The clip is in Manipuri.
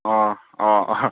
ꯑꯣ ꯑꯣ